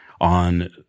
on